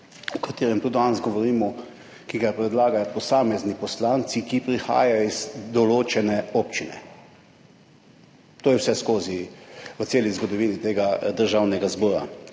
o katerih tudi danes govorimo, ki jih predlagajo posamezni poslanci, ki prihajajo iz določene občine. To je v zgodovini tega Državnega zbora